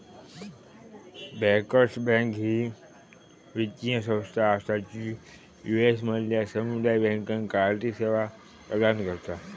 bankers Bank ही येक वित्तीय संस्था असा जी यू.एस मधल्या समुदाय बँकांका आर्थिक सेवा प्रदान करता